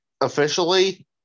Officially